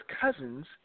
cousins